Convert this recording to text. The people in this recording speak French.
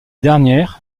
dernière